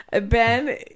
Ben